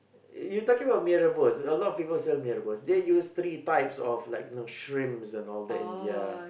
you talking about mee-rebus a lot of people sell mee-rebus they use three types of like you know shrimps and all that in their